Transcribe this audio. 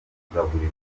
kugaburirwa